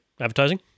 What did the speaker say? advertising